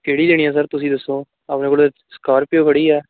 ਕਿਹੜੀ ਲੈਣੀ ਆ ਸਰ ਤੁਸੀਂ ਦੱਸੋ ਆਪਣੇ ਕੋਲ ਸਕੋਰਪੀਓ ਖੜ੍ਹੀ ਹੈ